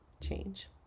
change